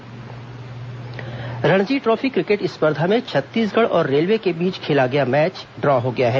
Ranji trophy Ranji trophy cricket स्पर्धा में छत्तीसगढ़ और रेलवे के बीच खेला गया मैच ड्रॉ हो गया है